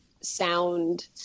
sound